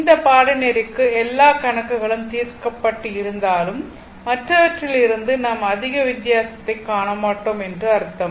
இந்த பாடநெறிக்கு எல்லா கணக்குகளும் தீர்க்கப்பட்டு இருந்தாலும் மற்றவற்றில் இருந்து நாம் அதிக வித்தியாசத்தைக் காண மாட்டோம் என்று அர்த்தம்